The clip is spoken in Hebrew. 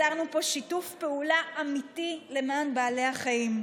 יצרנו פה שיתוף פעולה אמיתי למען בעלי החיים.